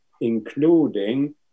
including